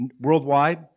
worldwide